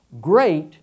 Great